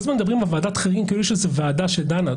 כל הזמן מדברים על ועדת החריגים כאילו שזו ועדה שדנה.